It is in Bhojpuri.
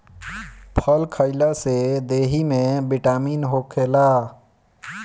फल खइला से देहि में बिटामिन होखेला